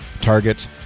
Target